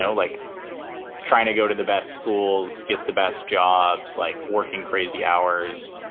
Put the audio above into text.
so like trying to go to the best schools, get the best jobs, like working crazy hours,